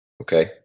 okay